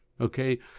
okay